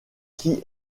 qui